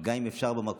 גם אם אפשר במקום,